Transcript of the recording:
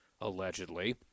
allegedly